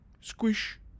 squish